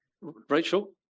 Rachel